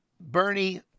Bernie